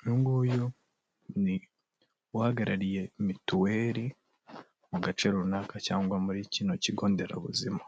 Uyu nguyu ni uhagarariye mituweri mu gace runaka cyangwa muri kino kigonderabuzima.